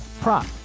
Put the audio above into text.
prop